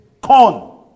corn